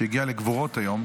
שהגיע לגבורות היום.